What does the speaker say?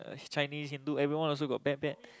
Chinese Hindu everyone also bad bad